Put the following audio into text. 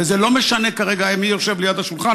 וזה לא משנה כרגע מי יושב ליד השולחן,